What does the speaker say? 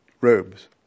robes